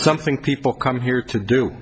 something people come here to do